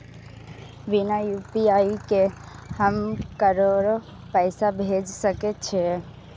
बिना यू.पी.आई के हम ककरो पैसा भेज सके छिए?